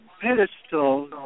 pedestal